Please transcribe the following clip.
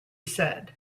said